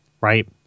right